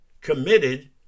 committed